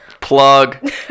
plug